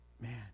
man